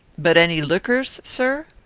but any liquors, sir?